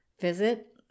Visit